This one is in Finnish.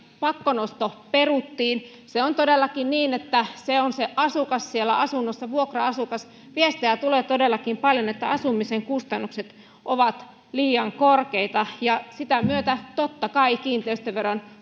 pakkonosto peruttiin se on todellakin niin että se on se asukas siellä asunnossa vuokra asukas viestejä tulee todellakin paljon että asumisen kustannukset ovat liian korkeita ja sitä myötä totta kai kiinteistöveron